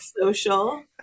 social